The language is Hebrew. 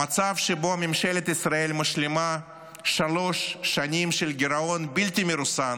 המצב שבו ממשלת ישראל משלימה שלוש שנים של גירעון בלתי מרוסן